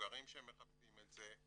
המבוגרים שהם מחפשים את זה,